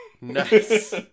Nice